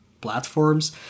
platforms